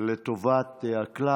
לטובת הכלל.